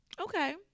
okay